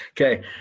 Okay